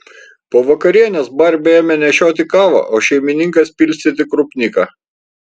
po vakarienės barbė ėmė nešioti kavą o šeimininkas pilstyti krupniką